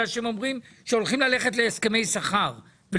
הם אמרו שבגלל שהולכים להסכמי שכר לא